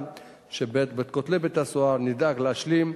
שבין כותלי בית-הסוהר נדאג להשלים.